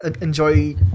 enjoy